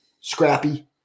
Scrappy